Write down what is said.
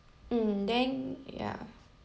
mm then ya